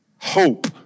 hope